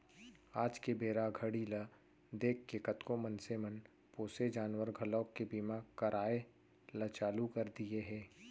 आज के बेरा घड़ी ल देखके कतको मनसे मन पोसे जानवर घलोक के बीमा कराय ल चालू कर दिये हें